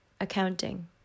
accounting